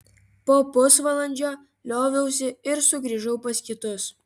po pusvalandžio lioviausi ir sugrįžau pas kitus